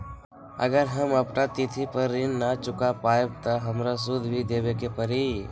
अगर हम अपना तिथि पर ऋण न चुका पायेबे त हमरा सूद भी देबे के परि?